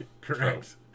correct